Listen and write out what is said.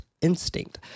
instinct